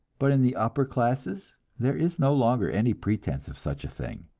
but in the upper classes there is no longer any pretense of such thing,